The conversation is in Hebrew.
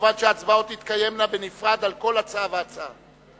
מובן שההצבעות תתקיימנה בנפרד, על כל הצעה והצעה.